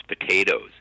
potatoes